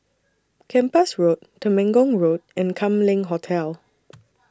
Kempas Road Temenggong Road and Kam Leng Hotel